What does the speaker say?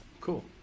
cool